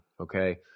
Okay